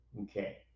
Okay